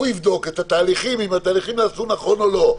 הוא יבדוק את התהליכים והאם התהליכים נעשו נכון או לא.